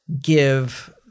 give